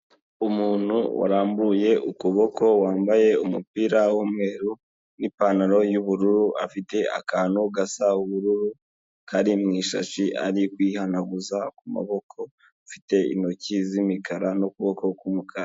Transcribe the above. Umuntu warambuye ukuboko wambaye umupira w'umweru n'ipantaro y'ubururu, afite akantu gasa ubururu kari mu ishashi ari kwihanaguza ku maboko, afite intoki z'imikara n'ukuboko k'umukara.